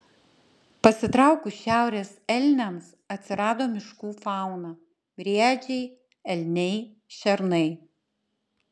pasitraukus šiaurės elniams atsirado miškų fauna briedžiai elniai šernai